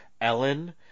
ellen